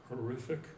horrific